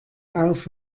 auf